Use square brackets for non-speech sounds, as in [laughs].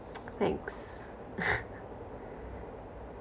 thanks [laughs]